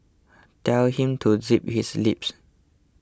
tell him to zip his lips